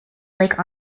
lake